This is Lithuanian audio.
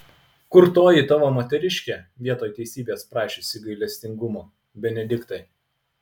kur toji tavo moteriškė vietoj teisybės prašiusi gailestingumo benediktai